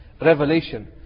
revelation